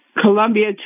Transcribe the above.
Colombia